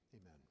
amen